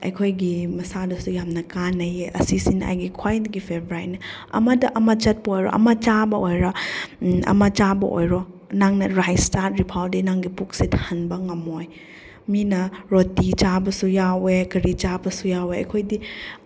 ꯑꯩꯈꯣꯏꯒꯤ ꯃꯁꯥꯗꯁꯨ ꯌꯥꯝꯅ ꯀꯥꯟꯅꯩꯌꯦ ꯑꯁꯤꯁꯤꯅ ꯑꯩꯒꯤ ꯈ꯭ꯋꯥꯏꯗꯒꯤ ꯐꯦꯕꯣꯔꯥꯏꯠꯅꯦ ꯑꯃꯗ ꯑꯃ ꯆꯠꯄ ꯑꯣꯏꯔꯣ ꯑꯃ ꯆꯥꯕ ꯑꯣꯏꯔꯣ ꯑꯃ ꯆꯥꯕ ꯑꯣꯏꯔꯣ ꯅꯪꯅ ꯔꯥꯏꯁ ꯆꯥꯗ꯭ꯔꯤꯐꯥꯎꯗꯤ ꯅꯪꯒꯤ ꯄꯨꯛꯁꯦ ꯊꯟꯕ ꯉꯝꯃꯣꯏ ꯃꯤꯅ ꯔꯣꯇꯤ ꯆꯥꯕꯁꯨ ꯌꯥꯎꯋꯦ ꯀꯔꯤ ꯆꯥꯕꯁꯨ ꯌꯥꯎꯋꯦ ꯑꯩꯈꯣꯏꯗꯤ